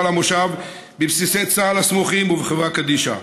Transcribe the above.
למושב בבסיסי צה"ל הסמוכים ובחברה קדישא.